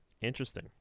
Interesting